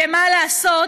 שמה לעשות,